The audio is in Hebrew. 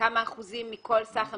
כמה אחוזים מכל סך המבנים,